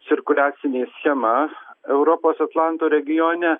cirkuliacinė schema europos atlanto regione